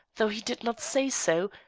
though he did not say so,